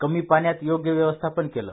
कमी पाण्याच योग्य व्यवस्थापन केलं